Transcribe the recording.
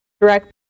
direct